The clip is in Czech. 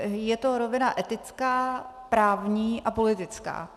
Je to rovina etická, právní a politická.